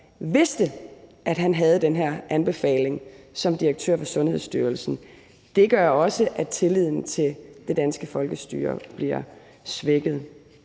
vidste, at han havde den her anbefaling som direktør for Sundhedsstyrelsen, gør også, at tilliden til det danske folkestyre bliver svækket.